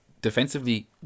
Defensively